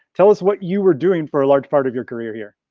tell us what you were doing for a large part of your career here?